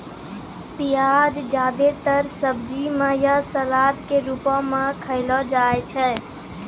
प्याज जादेतर सब्जी म या सलाद क रूपो म खयलो जाय छै